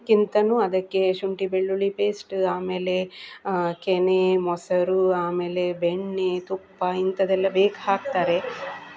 ಕ್ಕಿಂತನೂ ಅದಕ್ಕೆ ಶುಂಠಿ ಬೆಳ್ಳುಳ್ಳಿ ಪೇಸ್ಟ್ ಆಮೇಲೆ ಕೆನೆ ಮೊಸರು ಆಮೇಲೆ ಬೆಣ್ಣೆ ತುಪ್ಪ ಇಂಥದ್ದೆಲ್ಲ ಬೇಯೋಕೆ ಹಾಕ್ತಾರೆ